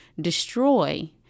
destroy